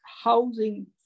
housing